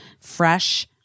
fresh